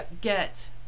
get